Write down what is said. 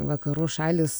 vakarų šalys